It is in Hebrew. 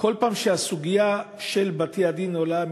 בכל פעם שהסוגיה של בתי-הדין עולה,